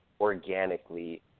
organically